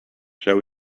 shall